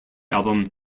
album